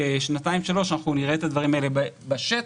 שנתיים שלוש נראה את הדברים האלה קורים בשטח,